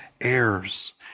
heirs